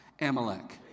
Amalek